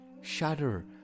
shatter